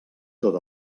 tot